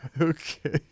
Okay